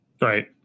Right